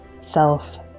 self